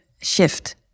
shift